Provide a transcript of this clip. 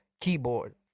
keyboard